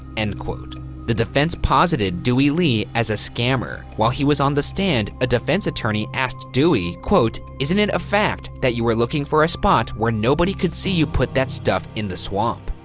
and the defense posited dewey lee as a scammer. while he was on the stand, a defense attorney asked dewey, isn't it a fact that you were looking for a spot where nobody could see you put that stuff in the swamp?